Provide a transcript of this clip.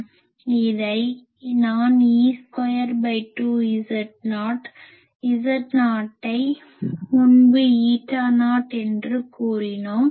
இதை நான் E22Z0 Z0 ஐ முன்பு ஈட்டா நாட் என்று கூறினோம்